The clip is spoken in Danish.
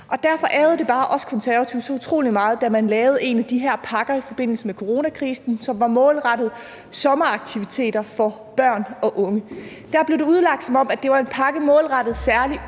Derfor ærgrede det os konservative så utrolig meget, da man lavede en af de her pakker i forbindelse med coronakrisen, som var målrettet sommeraktiviteter for børn og unge. Der blev det udlagt, som om det var en pakke særlig